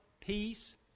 peace